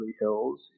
Hills